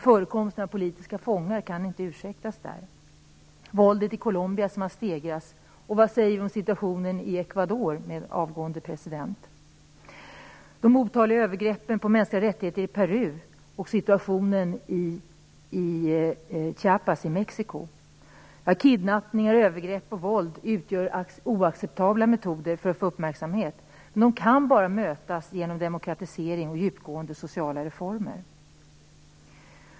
Förekomsten av politiska fångar kan inte ursäktas. Våldet i Colombia har stegrats. Vad säger vi om situationen i Ecuador med en avgående president, de otaliga övergreppen när det gäller mänskliga rättigheter i Peru och situationen i Chiapas i Mexico, där kidnappningar, övergrepp och våld utgör oacceptabla metoder för att få uppmärksamhet? De kan bara mötas genom demokratisering och djupgående sociala reformer.